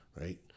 right